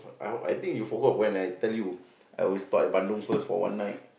I I think you forgot when I tell I always stop at Bandung first for one night